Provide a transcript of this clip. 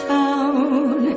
town